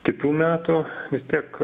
kitų metų vis tiek